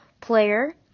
player